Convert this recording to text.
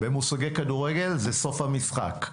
במושגי כדורגל זה סוף המשחק.